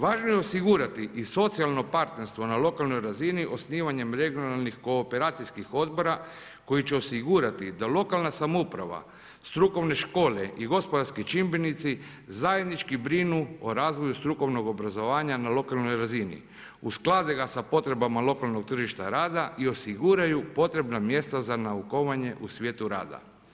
Važno je osigurati i socijalno partnerstvo na lokalnoj razini osnivanje regionalnih kooperacijskih odbora koji će osigurati da lokalna samouprava, strukovne škole i gospodarski čimbenici zajednički brinu o razvoju strukovnog obrazovanja na lokalnoj razini, usklade ga sa potrebama lokalnog tržišta rada i osiguraju potrebna mjesta za naukovanje u svijetu rada.